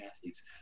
athletes